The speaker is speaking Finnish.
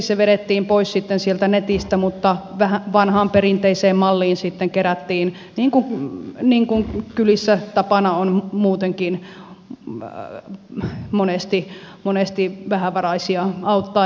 se vedettiin pois sitten sieltä netistä mutta vanhaan perinteiseen malliin sitten kerättiin niin kuin kylissä on tapana muutenkin monesti vähävaraisia auttaa